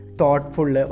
thoughtful